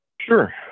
Sure